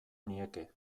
nieke